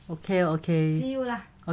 okay okay